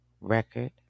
Record